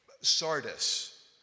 sardis